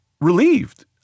Relieved